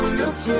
look